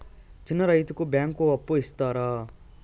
చిన్న రైతుకు బ్యాంకు అప్పు ఇస్తారా?